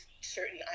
certain